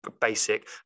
basic